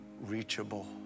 reachable